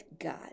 God